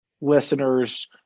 listeners